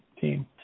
team